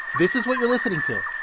this is what you're listening to?